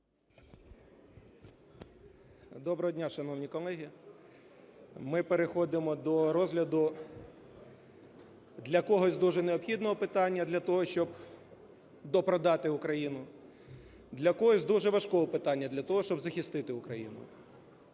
Доброго дня, шановні колеги! Ми переходимо до розгляду для когось дуже необхідного питання для того, щоб допродати України, для когось дуже важкого питання для того, щоб захистити Україну.